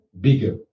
bigger